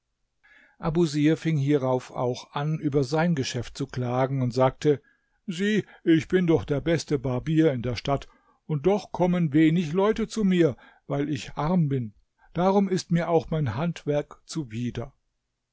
abusir fing hierauf auch an über sein geschäft zu klagen und sagte sieh ich bin doch der beste barbier in der stadt und doch kommen wenig leute zu mir weil ich arm bin darum ist mir auch mein handwerk zuwider